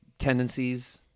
tendencies